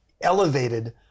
elevated